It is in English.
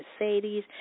Mercedes